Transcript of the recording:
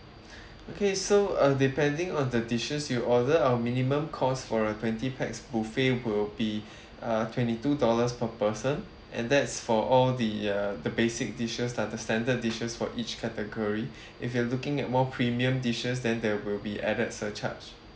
okay so uh depending on the dishes you order our minimum cost for a twenty pax buffet will be uh twenty two dollars per person and that's for all the uh the basic dishes lah the standard dishes for each category if you are looking at more premium dishes then there will be added surcharge